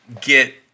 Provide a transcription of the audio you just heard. get